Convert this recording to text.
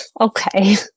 okay